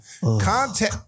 Contact